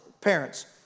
parents